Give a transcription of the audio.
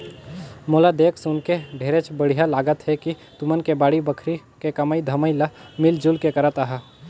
मोला देख सुनके ढेरेच बड़िहा लागत हे कि तुमन के बाड़ी बखरी के कमई धमई ल मिल जुल के करत अहा